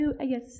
Yes